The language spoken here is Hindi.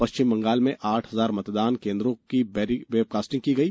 पश्चिम बंगाल में आठ हजार मतदान केन्द्रों की वेबकास्टिंग की गई